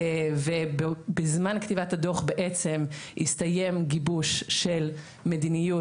ובזמן כתיבת הדוח בעצם הסתיים גיבוש של מדיניות,